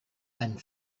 and